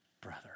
brother